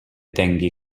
tengui